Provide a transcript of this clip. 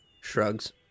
shrugs